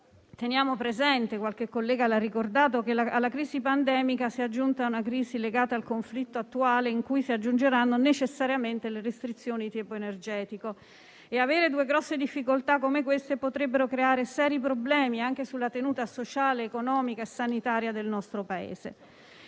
Teniamo presente - qualche collega l'ha ricordato - che alla crisi pandemica si è aggiunta una crisi legata al conflitto attuale, a cui si aggiungeranno necessariamente restrizioni di tipo energetico. Due grosse difficoltà come queste potrebbero creare seri problemi anche alla tenuta sociale, economica e sanitaria del nostro Paese.